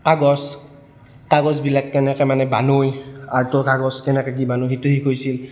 কাগজ কাগজবিলাক কেনেকৈ মানে বনায় আৰ্টৰ কাগজ কেনেকৈ কি বনায় সেইটো শিকাইছিল